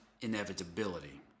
inevitability